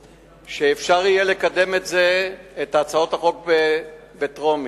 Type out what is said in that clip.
שאפשר יהיה לקדם את זה, את הצעות החוק, בטרומית,